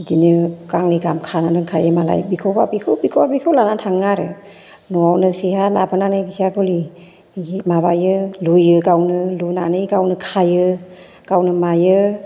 बिदिनो गांनै गाहाम खानानै दोनखायो मालाय बेखौबा बेखौबा बेखौ लानानै थाङो आरो न'आवनो सेहा लाबोनानै जे गुलि माबायो लुयो गावनो लुनानै गावनो खायो गावनो मायो